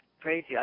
crazy